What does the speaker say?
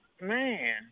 man